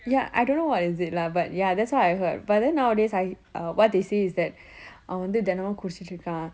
ya I don't know what is it lah but ya that's what I heard but then now of days I uh what they say is that அவன் வந்து தெனமும் குடிச்சிட்டு இருக்கான்:avan vanthu thenamum kudichittu irukkaan